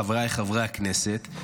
חבריי חברי הכנסת,